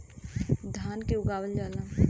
धान के उगावल जाला